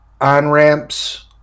on-ramps